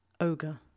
Ogre